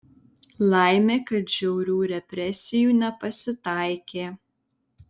laimė kad žiaurių represijų nepasitaikė